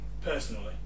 personally